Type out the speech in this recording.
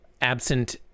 absent